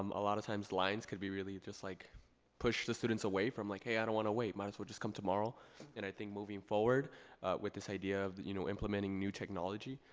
um a lot of times lines could be really, just like push the students away from like, hey, i don't wanna wait. might as well just come tomorrow and i think moving forward with this idea of you know implementing new technology,